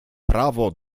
prawo